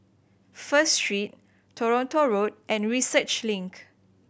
First Street Toronto Road and Research Link